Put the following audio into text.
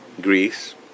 Greece